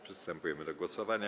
Przystępujemy do głosowania.